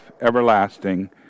everlasting